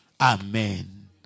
Amen